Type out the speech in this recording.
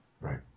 Right